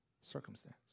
circumstance